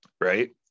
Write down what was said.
right